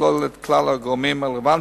שתכלול את כלל הגורמים הרלוונטיים